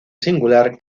singular